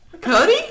Cody